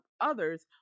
others